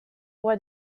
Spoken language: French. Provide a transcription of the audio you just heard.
roi